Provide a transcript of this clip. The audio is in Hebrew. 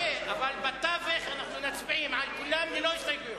אבל בתווך אנחנו מצביעים על כולם ללא הסתייגויות.